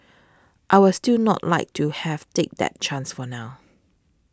I was still not like to have take that chance for now